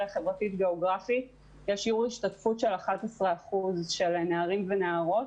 חברתית-גיאוגרפית יש שיעור השתתפות של 11% של נערים ונערות.